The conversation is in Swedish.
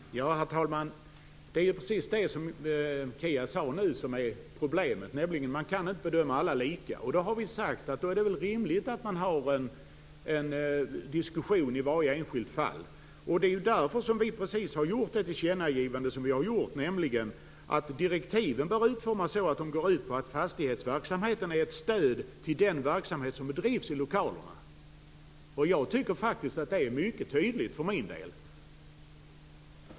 Herr talman! Det är precis det som Kia nu sade som är problemet, att man inte kan bedöma alla lika. Då är det väl rimligt att man har en diskussion i varje enskilt fall. Det är också därför vi har gjort det tillkännagivande som vi har gjort, nämligen att direktiven bör utformas så att de går ut på att fastighetsverksamheten är ett stöd till den verksamhet som bedrivs i lokalerna. Jag tycker för min del att det är mycket tydligt.